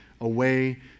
away